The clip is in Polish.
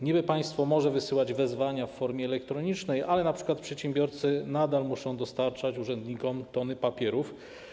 Niby państwo może wysyłać wezwania w formie elektronicznej, ale np. przedsiębiorcy nadal muszą dostarczać urzędnikom tony papierów.